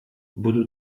budu